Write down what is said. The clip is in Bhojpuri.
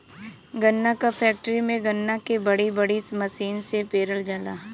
गन्ना क फैक्ट्री में गन्ना के बड़ी बड़ी मसीन से पेरल जाला